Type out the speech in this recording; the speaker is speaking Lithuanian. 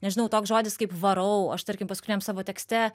nežinau toks žodis kaip varau aš tarkim paskutiniam savo tekste